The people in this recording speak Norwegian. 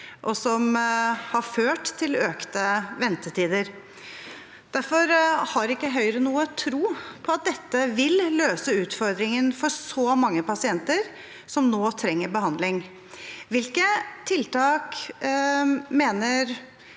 sykehusene til bedre arbeidsgivere Derfor har ikke Høyre noen tro på at dette vil løse utfordringene for så mange pasienter som nå trenger behandling. Hvilke tiltak mener